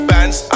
Bands